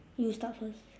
you start first